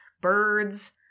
birds